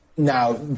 Now